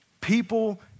people